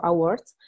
Awards